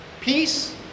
peace